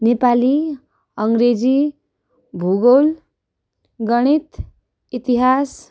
नेपाली अङ्ग्रेजी भूगोल गणित इतिहास